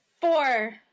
four